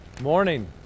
Morning